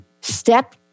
Step